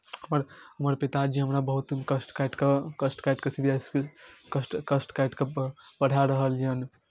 आओर हमर पिताजी हमरा बहुत कष्ट काटि कऽ कष्ट काटि कऽ सी बी एस ई इसकुलमे कष्ट कष्ट काटि कऽ पढ़ा रहल यए